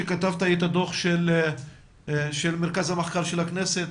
כתבת את ה דו"ח של מרכז המחקר של הכנסת,